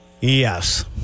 Yes